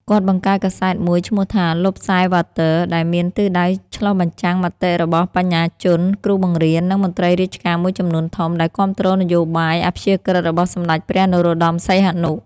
គាត់បង្កើតកាសែតមួយឈ្មោះថា "ឡុបស៊ែរវ៉ាទ័រ" ដែលមានទិសដៅឆ្លុះបញ្ចាំងមតិរបស់បញ្ញាជន គ្រូបង្រៀន និងមន្រ្តីរាជការមួយចំនួនធំ ដែលគាំទ្រនយោបាយអព្យាក្រឹតរបស់សម្តេចព្រះ នរោត្តម សីហនុ។